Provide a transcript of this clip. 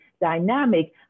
dynamic